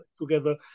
together